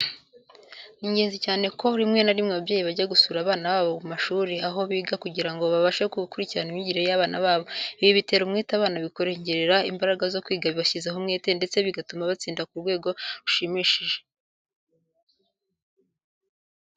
Ni ingenzi cyane ko rimwe na rimwe ababyeyi bajya gusura abana babo ku mashuri, aho biga kugira ngo babashe gukurikirana imyigire y'abana babo. Ibi bitera umwete abana bikabongerera imbaraga zo kwiga bashyizeho umwete, ndetse bigatuma batsinda ku rwego rushimishije.